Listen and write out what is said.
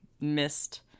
missed